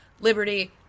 liberty